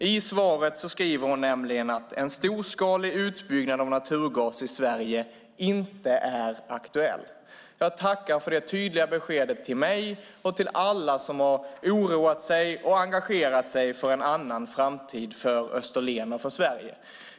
I svaret säger hon nämligen att "en storskalig utbyggnad av naturgas i Sverige inte är aktuell". Jag tackar för detta tydliga besked till mig och alla som har engagerat sig och oroat sig för en annan framtid för Österlen och Sverige.